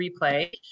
replay